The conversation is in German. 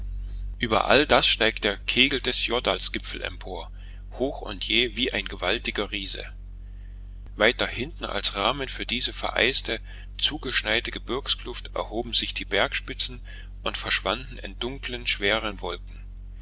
über all das steigt der kegel des jordalsgipfels empor hoch und jäh wie ein gewaltiger riese weiter hinten als rahmen für diese vereiste zugeschneite gebirgskluft erhoben sich die bergspitzen und verschwanden in dunkeln schweren wolken